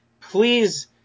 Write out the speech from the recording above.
please